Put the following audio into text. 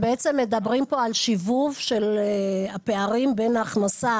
הם בעצם מדברים כאן על הפערים בין ההכנסה